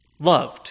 loved